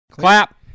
Clap